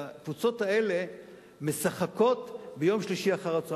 והקבוצות האלה משחקות ביום שלישי אחר-הצהריים.